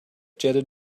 jetted